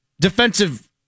defensive